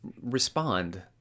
respond